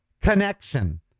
Connection